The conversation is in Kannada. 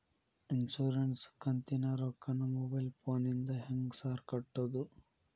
ಇನ್ಶೂರೆನ್ಸ್ ಕಂತಿನ ರೊಕ್ಕನಾ ಮೊಬೈಲ್ ಫೋನಿಂದ ಹೆಂಗ್ ಸಾರ್ ಕಟ್ಟದು?